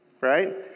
right